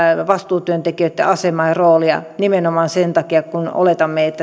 vastuutyöntekijöitten asemaa ja roolia nimenomaan sen takia kun oletamme että